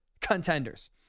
contenders